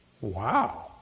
wow